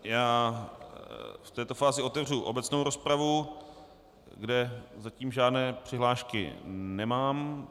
V této fázi otevřu obecnou rozpravu, kde zatím žádné přihlášky nemám.